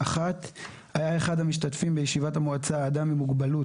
היה אחד המשתתפים בישיבת המועצה אדם עם מוגבלות